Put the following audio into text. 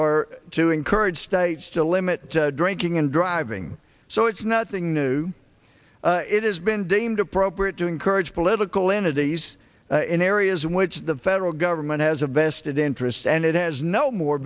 are to encourage states to limit drinking and driving so it's nothing new it has been deemed appropriate to encourage political entities in areas in which the federal government has a vested interest and it has no more